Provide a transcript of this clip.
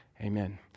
Amen